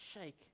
shake